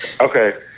Okay